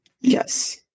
Yes